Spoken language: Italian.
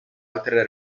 altre